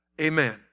Amen